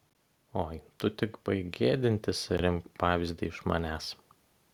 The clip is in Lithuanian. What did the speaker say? oi tu tik baik gėdintis ir imk pavyzdį iš manęs